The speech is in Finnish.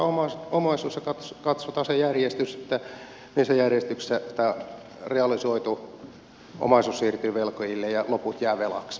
realisoidaan omaisuus ja katsotaan se järjestys missä järjestyksessä tämä realisoitu omaisuus siirtyy velkojille ja loput jäävät velaksi